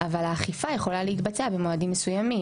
אבל האכיפה יכולה להתבצע במועדים מסוימים.